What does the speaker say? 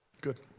Good